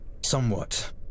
Somewhat